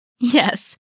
Yes